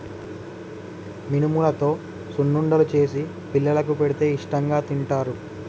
మినుములతో సున్నుండలు చేసి పిల్లలకు పెడితే ఇష్టాంగా తింటారు